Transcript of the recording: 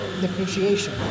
depreciation